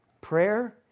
Prayer